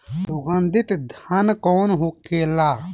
सुगन्धित धान कौन होखेला?